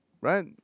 right